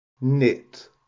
Knit